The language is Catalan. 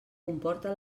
comporta